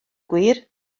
gwir